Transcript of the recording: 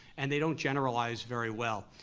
and they don't generalize very well.